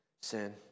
sin